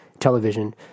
television